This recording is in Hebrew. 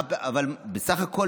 אבל בסך הכול,